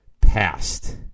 passed